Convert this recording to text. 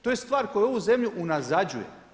To je stvar koja ovu zemlju unazađuje.